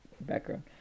background